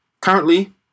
currently